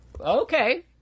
Okay